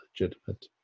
legitimate